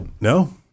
No